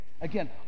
again